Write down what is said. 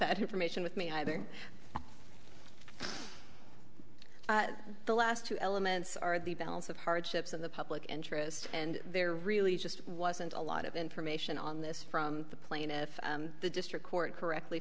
that information with me either the last two elements are the balance of hardships of the public interest and they're really just wasn't a lot of information on this from the plaintiff the district court correctly